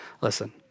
listen